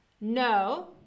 no